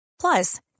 Plus